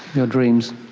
your dreams.